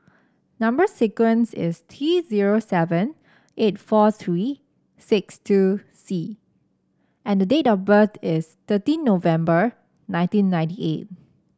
number sequence is T zero seven eight four three six two C and the date of birth is thirteen November nineteen ninety eight